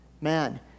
man